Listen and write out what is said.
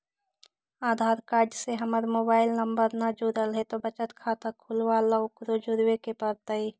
आधार card से हमर mobile number न जुरल है त बचत खाता खुलवा ला उकरो जुड़बे के पड़तई?